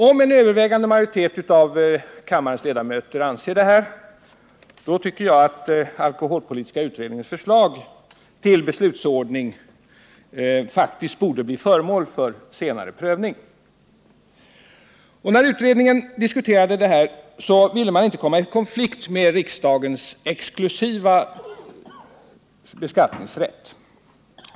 Om en övervägande majoritet av kammarens ledamöter anser detta, bör alkoholpolitiska utredningens förslag till beslutsordning faktiskt bli föremål för senare prövning. När utredningen diskuterade detta ville man inte komma i konflikt med riksdagens exklusiva beskattningsrätt.